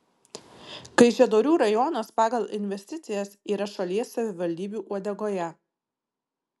kaišiadorių rajonas pagal investicijas yra šalies savivaldybių uodegoje